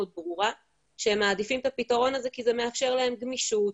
ברורה שהם מעדיפים את הפתרון הזה כי זה מאפשר להם גמישות,